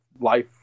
life